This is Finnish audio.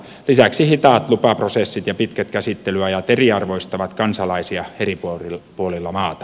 lisäksi hitaat lupaprosessit ja pitkät käsittelyajat eriarvoistavat kansalaisia eri puolilla maata